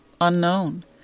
unknown